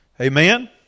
amen